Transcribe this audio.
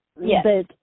Yes